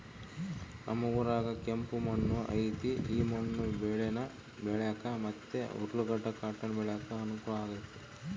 ನಮ್ ಊರಾಗ ಕೆಂಪು ಮಣ್ಣು ಐತೆ ಈ ಮಣ್ಣು ಬೇಳೇನ ಬೆಳ್ಯಾಕ ಮತ್ತೆ ಉರ್ಲುಗಡ್ಡ ಕಾಟನ್ ಬೆಳ್ಯಾಕ ಅನುಕೂಲ ಆಗೆತೆ